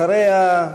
אחריה,